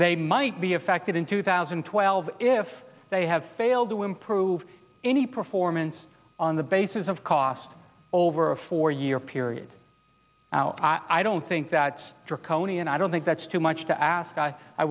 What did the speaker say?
they might be affected in two thousand and twelve if they have failed to improve any performance on the basis of cost over a four year period i don't think that draconian i don't think that's too much to ask i